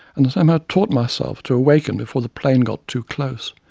and somehow taught myself to awaken before the plane got too close.